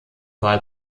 wahl